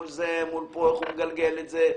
איך הוא גלגל את זה.